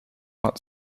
not